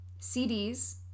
CDs